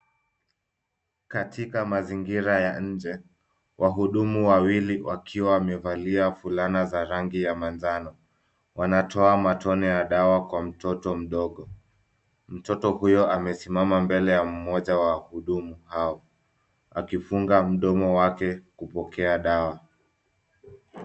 katika mazingira nje wahudumu wawili wakiwa wamevaa fulana ya rangi za rangi ya Manjano. Wanatoa matone ya dawa lawa mtoto mdogo . Mtoto huyo amesimama Mbele ya mmoja wa Wahudumu hao akipunga mdomo waku kupokea dawa.